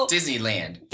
Disneyland